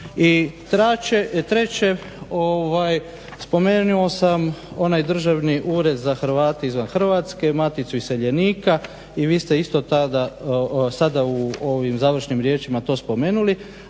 I treće, spomenuo sam ona Državni ured za Hrvate izvan Hrvatske, Maticu iseljenika i vi ste isto sada u ovim završnim riječima to spomenuli.